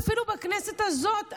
אפילו בכנסת הזאת,